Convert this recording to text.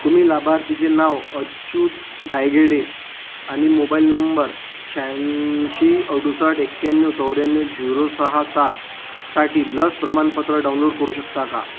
तुम्ही लाभार्थीचे नाव अच्युत धायगिडे आणि मोबाईल नंबर शहाऐंशी अडूसष्ट एक्याण्णव चौऱ्याण्णव झुरो सहा सातसाठी लस प्रमाणपत्र डाउनलोड करू शकता का